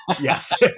Yes